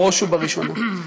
בראש ובראשונה,